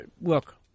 Look